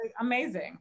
amazing